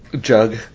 jug